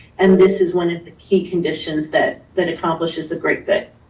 and this is one of the key conditions that that accomplishes a great bit.